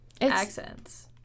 accents